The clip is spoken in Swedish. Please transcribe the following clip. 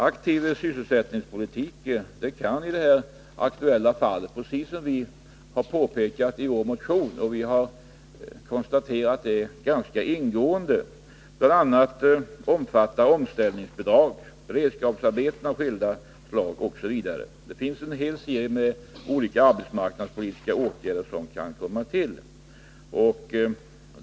Aktiv sysselsättningspolitik kan alltså i det nu aktuella fallet, precis som vi påpekat i vår motion, omfatta bl.a. omställningsbidrag och beredskapsarbeten av skilda slag — det finns en hel serie med olika arbetsmarknadspolitiska åtgärder som kan användas.